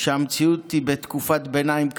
כשהמציאות היא תקופת ביניים קשה?